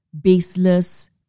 baseless